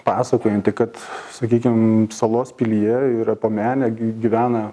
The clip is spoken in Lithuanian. pasakojanti kad sakykim salos pilyje yra po mene gi gyvena